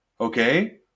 okay